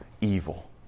evil